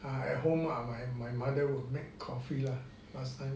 at home lah my my mother would make coffee lah last time